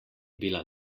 bila